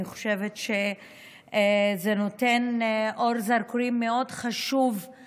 אני חושבת שזה מאיר באור זרקורים תופעה